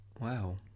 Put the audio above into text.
Wow